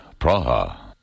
Praha